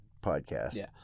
podcast